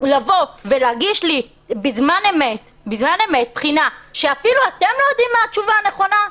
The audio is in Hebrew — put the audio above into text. לבוא ולהגיש לי בזמן אמת בחינה שאפילו אתם לא יודעים מה התשובה הנכונה?